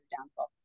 downfalls